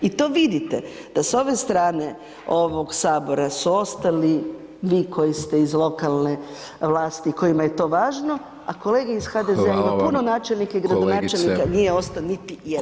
I to vidite da s ove strane ovog Sabora su ostali vi koji ste iz lokalne vlasti, kojima je to važno, a kolege iz HDZ-a [[Upadica: Hvala vam]] ima puno načelnika i gradonačelnika [[Upadica: Kolegice]] nije ostao niti jedan.